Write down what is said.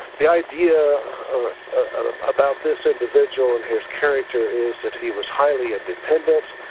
the idea ah about this individual and his character is that he was highly a dependent,